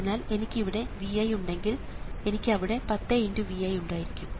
അതിനാൽ എനിക്ക് ഇവിടെ Vi ഉണ്ടെങ്കിൽ എനിക്ക് അവിടെ 10×Vi ഉണ്ടായിരിക്കും